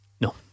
No